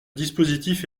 dispositif